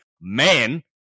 man